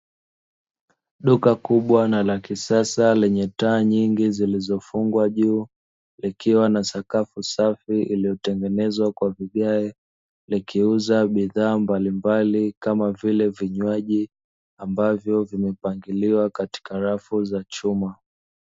Duka kubwa na la kisasa lenye taa nyingi zilizofungwa juu likiwa na sakafu safi iliyotengenezwa kwa vigae. Likiuza bidhaa mbalimbali kama vile vinywaji ambavyo hupakiliwa katika rafu za chuma